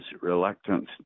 reluctant